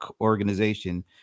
organization